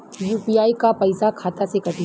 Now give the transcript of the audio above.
UPI क पैसा खाता से कटी?